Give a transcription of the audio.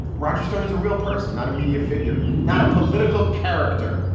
roger stone is a real person, not a media figure, not a political character,